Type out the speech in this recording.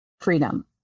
freedom